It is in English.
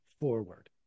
forward